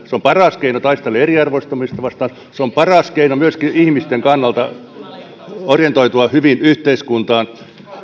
se on paras keino taistella eriarvoistumista vastaan se on paras keino myöskin ihmisten kannalta orientoitua hyvin yhteiskuntaan